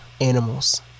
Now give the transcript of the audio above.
animals